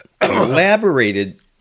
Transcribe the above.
elaborated